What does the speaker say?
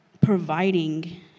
providing